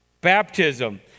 baptism